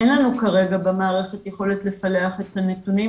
אין לנו כרגע במערכת יכולת לפלח את הנתונים,